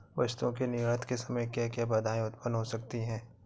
वस्तुओं के निर्यात के समय क्या क्या बाधाएं उत्पन्न हो सकती हैं?